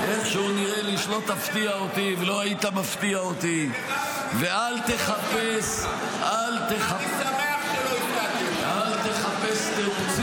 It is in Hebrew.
אני מוותר על הברכות שלך, אני מוותר על הברכות